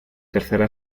tercera